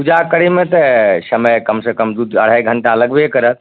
पूजा करैमे तऽ समय कमसे कम दुइ अढ़ाइ घण्टा लगबे करत